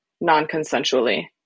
non-consensually